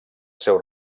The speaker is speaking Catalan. seu